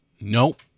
Nope